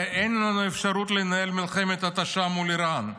הרי אין לנו אפשרות לנהל מלחמת התשה מול איראן: